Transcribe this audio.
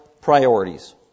priorities